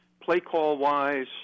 play-call-wise